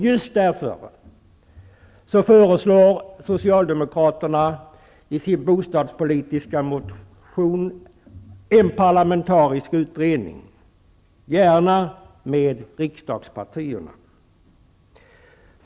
Just därför föreslår Socialdemokraterna i sin bostadspolitiska motion en parlamentarisk utredning, gärna med riksdagspartierna representerade.